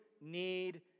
need